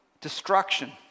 destruction